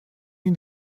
ihn